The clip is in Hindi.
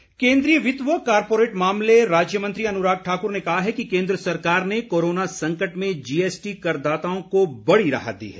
अनुराग ठाकुर केन्द्रीय वित्त व कॉरपोरेट मामले राज्य मंत्री अनुराग ठाकुर ने कहा है कि केन्द्र सरकार ने कोरोना संकट में जीएसटी करदाताओं को बड़ी राहत दी है